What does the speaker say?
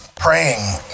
praying